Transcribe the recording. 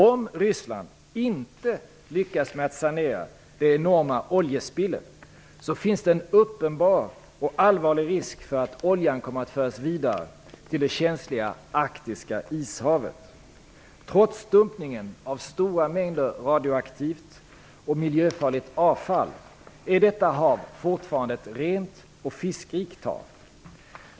Om Ryssland inte lyckas med att sanera det enorma oljespillet finns det en uppenbar och allvarlig risk för att oljan kommer att föras vidare till det känsliga arktiska ishavet. Trots dumpning av stora mängder radioaktivt och miljöfarligt avfall, är detta hav fortfarande ett rent och fiskrikt hav.